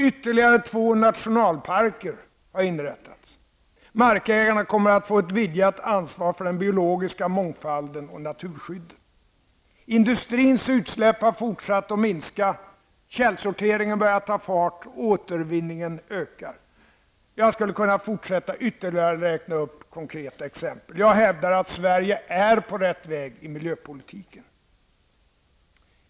Ytterligare två nationalparker har inrättats. Markägarna kommer att få ett vidgat ansvar för den biologiska mångfalden och naturskyddet. Industrins utsläpp har fortsatt att minska. Källsortering av sopor börjar ta fart, och återvinningen ökar. Jag skulle kunna fortsätta att räkna upp ytterligare konkreta exempel. Jag hävdar att Sverige är på rätt väg i miljöpolitiken.